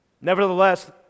Nevertheless